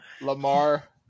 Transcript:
Lamar